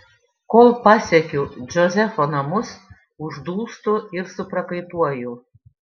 kol pasiekiu džozefo namus uždūstu ir suprakaituoju